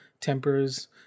tempers